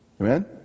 Amen